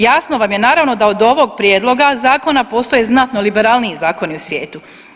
Jasno vam je naravno da od ovog prijedloga zakona postoje znatno liberalniji zakoni u svijetu.